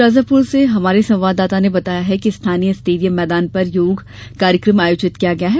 शाजापुर से हमारे संवाददाता ने बताया है कि स्थानीय स्टेडियम मैदान पर योग कार्यक्रम आयोजित किया गया है